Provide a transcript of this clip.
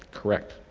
correct.